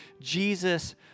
Jesus